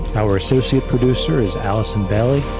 our associate producer is allison bailey.